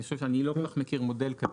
אני לא כל כך מכיר מודל כזה.